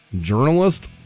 journalist